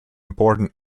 important